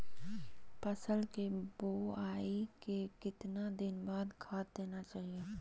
फसल के बोआई के कितना दिन बाद खाद देना चाइए?